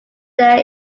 there